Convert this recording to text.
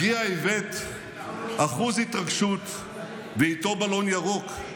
הגיע איווט אחוז התרגשות ואיתו בלון ירוק.